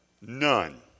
none